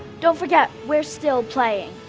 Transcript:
don't forget, we're still playing.